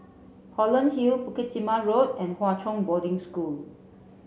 Holland Hill Bukit Timah Road and Hwa Chong Boarding School